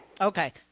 Okay